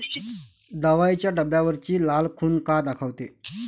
दवाईच्या डब्यावरची लाल खून का दाखवते?